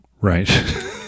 right